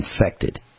infected